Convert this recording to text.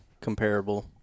comparable